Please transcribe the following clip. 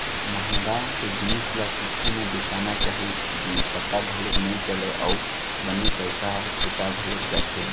महँगा के जिनिस ल किस्ती म बिसाना चाही जी पता घलोक नइ चलय अउ बने पइसा ह छुटा घलोक जाथे